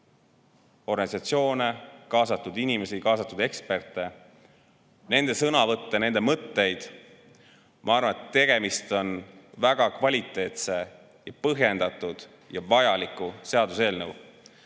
organisatsioone, kaasatud inimesi, kaasatud eksperte, nende sõnavõtte, nende mõtteid, ma arvan, et tegemist on väga kvaliteetse, põhjendatud ja vajaliku seaduseelnõuga.